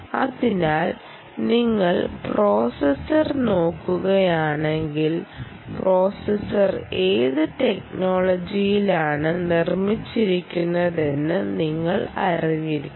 അതിനാൽ നിങ്ങൾ പ്രോസസ്സർ നോക്കുകയാണെങ്കിൽ പ്രോസസ്സർ ഏത് ടെക്നോളജിയിലാണ് നിർമിച്ചിരിക്കുന്നതെന്ന് നിങ്ങൾ അറിഞ്ഞിരിക്കണം